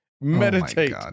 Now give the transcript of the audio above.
Meditate